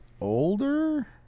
older